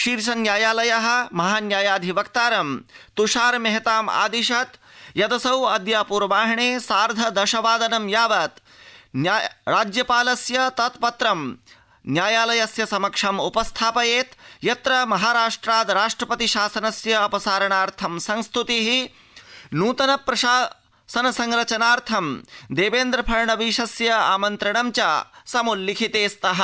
शीर्ष न्यायालय महा न्यायाधिवक्तारं त्षार मेहताम् आदिशत् यदसौ अद्य पूर्वाहणे सार्ध दश वादनं यावत् राज्यपालस्य तत्पत्रं न्यायालयस्य समक्षम् उप स्थापयेत् यत्र महाराष्ट्राद् राष्ट्रपति शासनस्य अप सरणार्थ संस्तृति नूतन प्रशासन संरचार्थ देवेन्द्र फड़णवीसस्य आमन्त्रणं च सम्ल्लिखिते स्तः